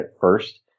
first